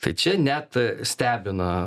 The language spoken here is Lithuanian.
tai čia net stebina